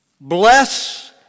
Bless